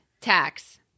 tax